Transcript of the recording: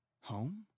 Home